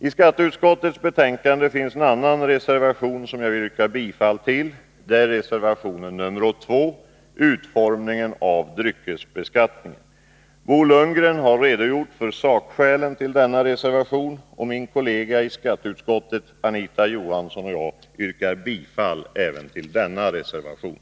I skatteutskottets betänkande finns en annan reservation som jag vill yrka bifall till. Det är reservation nr 2, om utformningen av dryckesbeskattningen. Bo Lundgren har redogjort för sakskälen till denna reservation, och min kollega i skatteutskottet, Anita Johansson, och jag yrkar bifall även till denna reservation.